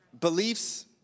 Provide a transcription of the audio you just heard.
Beliefs